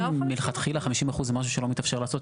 אם מלכתחילה 50% זה משהו שלא מתאפשר לעשות,